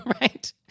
Right